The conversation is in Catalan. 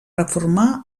reformar